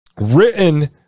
written